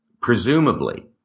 presumably